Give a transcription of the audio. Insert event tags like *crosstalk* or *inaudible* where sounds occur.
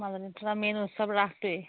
মাজুলীত মেইন *unintelligible* ৰাসটোৱেই